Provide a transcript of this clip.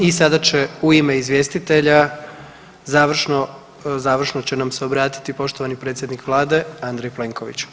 I sada će u ime izvjestitelja završno će nam se obratiti poštovani predsjednik Vlade Andrej Plenković.